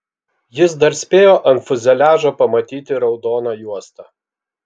jis dar spėjo ant fiuzeliažo pamatyti raudoną juostą